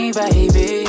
baby